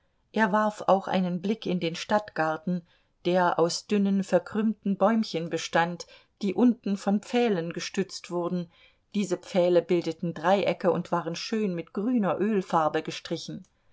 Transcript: er warf auch einen blick in den stadtgarten der aus dünnen verkümmerten bäumchen bestand die unten von pfählen gestützt wurden diese pfähle bildeten dreiecke und waren schön mit grüner ölfarbe gestrichen